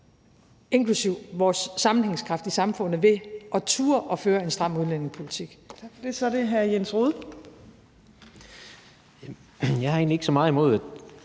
inklusive vores sammenhængskraft i samfundet, ved at turde at føre en stram udlændingepolitik.